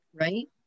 Right